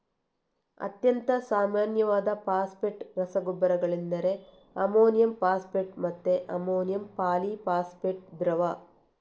ಅತ್ಯಂತ ಸಾಮಾನ್ಯವಾದ ಫಾಸ್ಫೇಟ್ ರಸಗೊಬ್ಬರಗಳೆಂದರೆ ಅಮೋನಿಯಂ ಫಾಸ್ಫೇಟ್ ಮತ್ತೆ ಅಮೋನಿಯಂ ಪಾಲಿ ಫಾಸ್ಫೇಟ್ ದ್ರವ